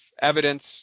evidence